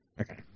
Okay